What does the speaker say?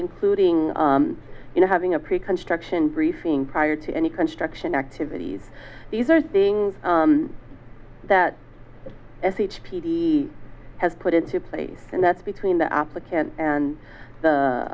including you know having a pre construction briefing prior to any construction activities these are things that as each p d has put into place and that's between the applicant and the